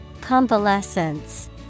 Convalescence